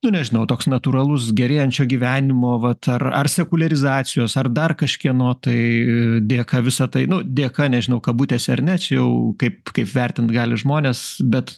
nu nežinau toks natūralus gerėjančio gyvenimo vat ar ar sekuliarizacijos ar dar kažkieno tai dėka visa tai nu dėka nežinau kabutėse ar ne čia jau kaip kaip vertint gali žmonės bet